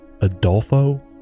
adolfo